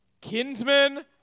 kinsman